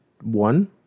one